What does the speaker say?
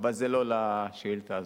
אבל זה לא לשאילתא הזאת.